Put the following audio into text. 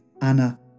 Anna